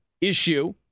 issue